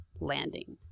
landing